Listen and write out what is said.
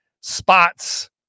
spots